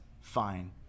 Fine